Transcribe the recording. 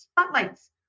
spotlights